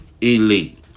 Elite